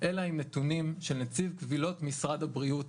אלא עם נתונים של נציב קבילות משרד הבריאות